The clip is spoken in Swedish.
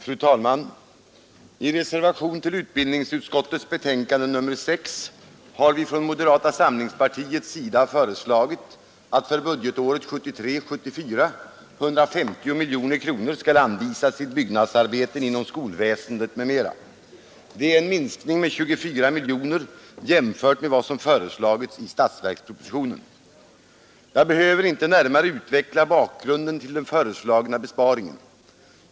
Fru talman! I reservation till utbildningsutskottets betänkande nr 6 har vi från moderata samlingspartiet föreslagit att för budgetåret 1973/74 150 miljoner kronor skall anvisas till byggnadsarbeten inom skolväsendet m.m. Det är en minskning med 24 miljoner jämfört med vad som föreslagits i statsverkspropositionen. Jag behöver inte närmare utveckla bakgrunden till den föreslagna besparingen.